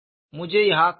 मुझे यहाँ क्या मिला